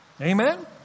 Amen